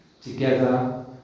Together